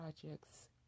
projects